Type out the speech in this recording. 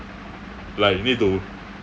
like need to